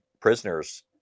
prisoners